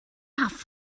have